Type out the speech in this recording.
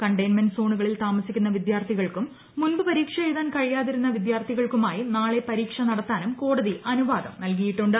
containment സോണുകളിൽ താമസിക്കുന്ന വിദ്യാർത്ഥികൾക്കും മുൻപ് പരീക്ഷ എഴുതാൻ കഴിയാതിരുന്ന വിദ്യാർത്ഥികൾക്കുമായി നാളെ പരീക്ഷ നടത്താനും കോടതി അനുവാദം നൽകിയ്ടിട്ടുണ്ട്